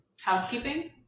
Housekeeping